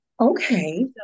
okay